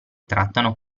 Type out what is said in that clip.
trattano